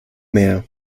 mehr